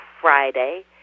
Friday